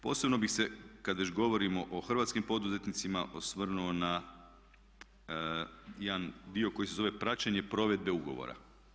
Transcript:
Posebno bih se, kad već govorimo o hrvatskim poduzetnicima, osvrnuo na jedan dio koji se zove praćenje provedbe ugovora.